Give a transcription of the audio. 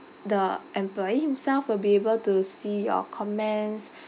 the employee himself will be able to see your comments